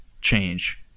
change